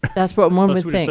that's what one would think.